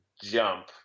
jump